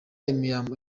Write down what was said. imirambo